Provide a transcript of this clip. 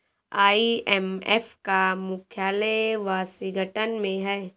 IMF का मुख्यालय Washington में है